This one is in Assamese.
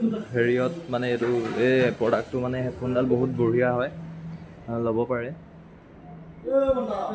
হেৰিয়ত মানে এইটো এই প্ৰডাক্টটো মানে হেডফোনডাল বহুত বঢ়িয়া হয় ল'ব পাৰে